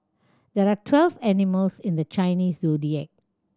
there are twelve animals in the Chinese Zodiac